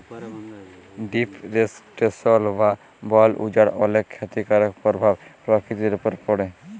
deforestation বা বল উজাড় অলেক খ্যতিকারক পরভাব পরকিতির উপর পড়ে